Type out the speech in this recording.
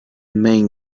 main